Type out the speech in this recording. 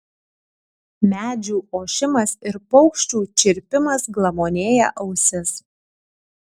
medžių ošimas ir paukščių čirpimas glamonėja ausis